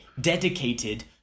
dedicated